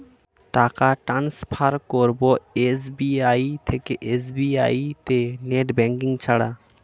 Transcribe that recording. টাকা টান্সফার করব এস.বি.আই থেকে এস.বি.আই তে নেট ব্যাঙ্কিং ছাড়া?